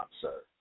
sir